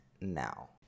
now